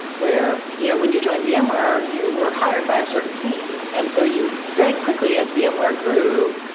where you know when you joined vmware, you were hired by a certain team. and so you very quickly as vmware grew,